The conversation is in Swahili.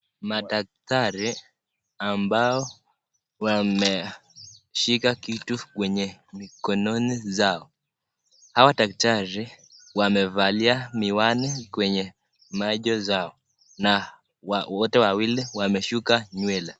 Madaktari ambao wameshika kitu kwenye mikononi zao, hawa madaktari wamevalia miwani kwenye macho zao na wote wawili wameshuka nywele.